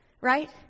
Right